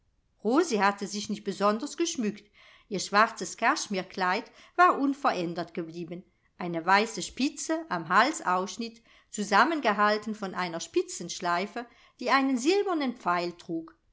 hatte sich nicht besonders geschmückt ihr schwarzes kaschmirkleid war unverändert geblieben eine weiße spitze am halsausschnitt zusammengehalten von einer spitzenschleife die einen silbernen pfeil trug